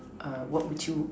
err what would you